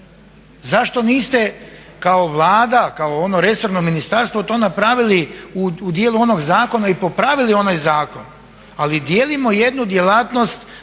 zašto niste kao Vlada, kao ono resorno ministarstvo to napravili u dijelu onog zakona i popravili onaj zakon? Ali dijelimo jednu djelatnost